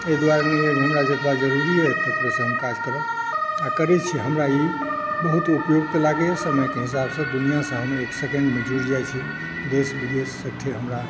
एहि दुआरे नहि यऽ जे हमरा जतबा जरुरी यऽ ततबा से हम काज करब आ करै छी हमरा ई बहुत उपयुक्त लागैया समयके हिसाबसँ दुनिऑंसँ हम एक सेकंड मे जुड़ि जाइ छी देश विदेश सगरे हमरा